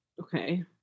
Okay